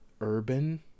urban